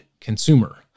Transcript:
consumer